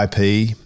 IP